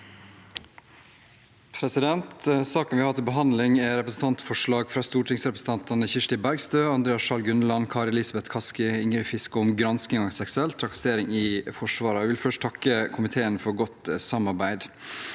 sa- ken): Saken vi har til behandling, er et representantforslag fra stortingsrepresentantene Kirsti Bergstø, Andreas Sjalg Unneland, Kari Elisabeth Kaski og Ingrid Fiskaa om gransking av seksuell trakassering i Forsvaret. Jeg vil først takke komiteen for godt samarbeid.